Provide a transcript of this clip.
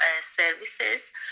services